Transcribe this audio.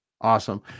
awesome